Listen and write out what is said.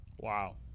wow